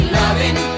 loving